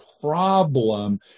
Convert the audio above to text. problem